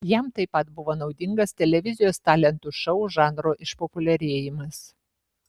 jam taip pat buvo naudingas televizijos talentų šou žanro išpopuliarėjimas